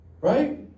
Right